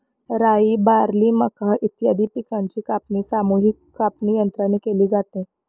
राई, बार्ली, मका इत्यादी पिकांची कापणी सामूहिक कापणीयंत्राने केली जाते